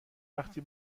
وقتی